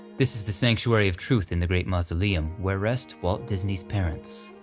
this is the sanctuary of truth in the great mausoleum, where rest walt disney's parents.